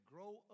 Grow